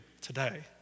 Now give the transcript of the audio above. today